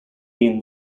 been